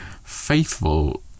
faithful